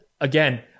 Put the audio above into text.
again